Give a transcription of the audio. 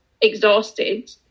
exhausted